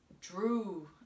drew